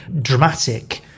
dramatic